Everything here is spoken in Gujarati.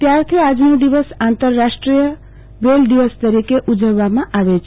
ત્યારથી આજનો દિવસ આંતરરાષ્ટોય દિવસ તરીકે ઉજવવામાં આવે છે